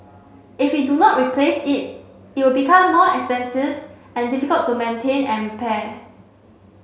if we do not replace it it will become more expensive and difficult to maintain and repair